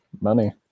money